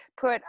put